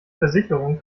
versicherung